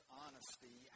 honesty